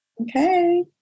Okay